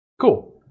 Cool